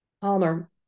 Palmer